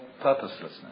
purposelessness